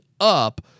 up